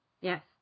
Yes